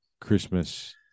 christmas